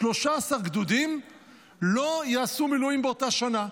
13 גדודים לא יעשו מילואים באותה שנה,